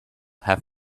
have